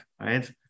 right